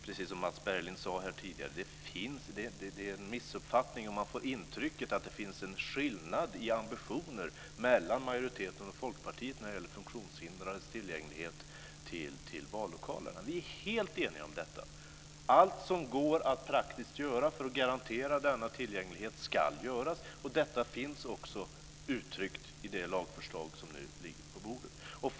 Precis som Mats Berglind sade här tidigare är det en missuppfattning om man får intrycket att det finns en skillnad i ambitioner mellan majoriteten och Folkpartiet när det gäller funktionshindrades tillgänglighet till vallokalerna. Vi är helt eniga om detta. Allt som går att praktiskt göra för att garantera denna tillgänglighet ska göras. Detta finns också uttryckt i det lagförslag som nu ligger på bordet.